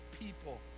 people